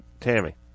Tammy